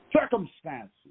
circumstances